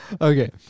Okay